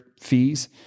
fees